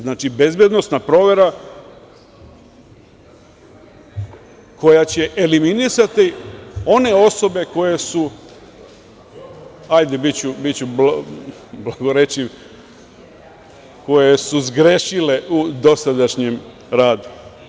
Znači, bezbednosna provera koja će eliminisati one osobe koje su, hajde biću blago reći, koje su zgrešile u dosadašnjem radu.